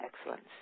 Excellence